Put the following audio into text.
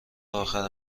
آخر